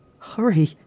Hurry